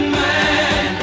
man